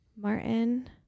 Martin